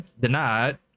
denied